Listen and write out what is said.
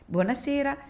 Buonasera